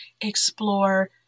explore